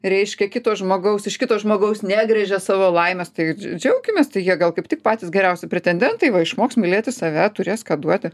reiškia kito žmogaus iš kito žmogaus negręžia savo laimės tai džiaukimės tai jie gal kaip tik patys geriausi pretendentai va išmoks mylėti save turės ką duoti